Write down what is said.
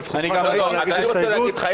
אבל זכותך להגיש הסתייגות.